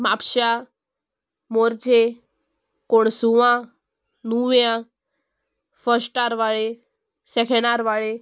म्हापश्यां मोरचे कोणसुवां नुव्या फस्टार वाळे सेखेणारळे